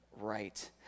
right